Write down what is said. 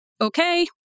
okay